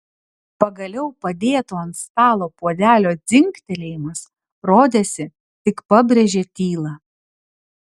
pagaliau padėto ant stalo puodelio dzingtelėjimas rodėsi tik pabrėžė tylą